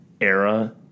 era